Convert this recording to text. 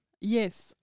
Yes